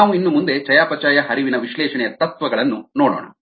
ನಾವು ಇನ್ನು ಮುಂದೆ ಚಯಾಪಚಯ ಹರಿವಿನ ವಿಶ್ಲೇಷಣೆಯ ತತ್ವಗಳನ್ನು ನೋಡೋಣ